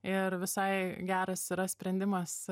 ir visai geras yra sprendimas